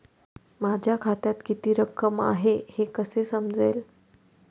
माझ्या खात्यात किती रक्कम आहे हे कसे समजेल?